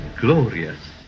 glorious